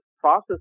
process